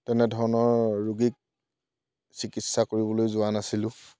তেনেধৰণৰ ৰোগীক চিকিৎসা কৰিবলৈ যোৱা নাছিলোঁ